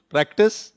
Practice